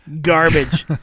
garbage